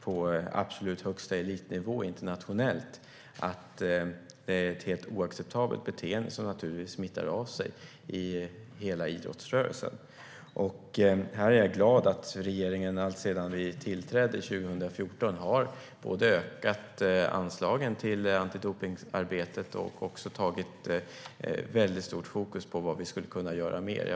på absolut högsta elitnivå internationellt, att det är ett helt oacceptabelt beteende som naturligtvis smittar av sig på hela idrottsrörelsen. Jag är glad över att regeringen alltsedan vi tillträdde 2014 både har ökat anslagen till antidopningsarbetet och har haft ett väldigt stort fokus på vad vi skulle kunna göra mer.